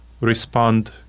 respond